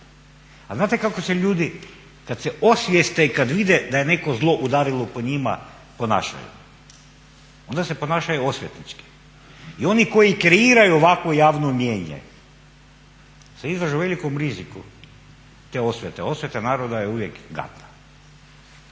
Ali znate kako se ljudi kada se osvijeste i kada vide da je neko zlo udarilo po njima ponašaju? Onda se ponašaju osvetnički. I oni koji kreiraju ovakvo javno mijenje se izlažu velikom riziku te osvete, osveta naroda je uvijek gadna.